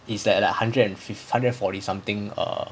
is at a hundred and fifth hundred and forty something err